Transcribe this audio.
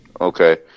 Okay